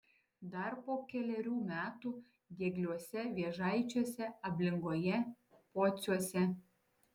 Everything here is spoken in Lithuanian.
dar po kelerių metų diegliuose vėžaičiuose ablingoje pociuose